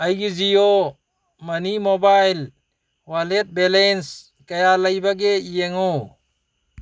ꯑꯩꯒꯤ ꯖꯤꯌꯣ ꯃꯅꯤ mobile wallet balance ꯀꯌꯥ ꯂꯩꯕꯒꯦ ꯌꯦꯡꯉꯨ